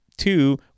Two